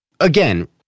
again